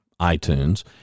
iTunes